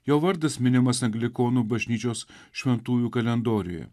jo vardas minimas anglikonų bažnyčios šventųjų kalendoriuje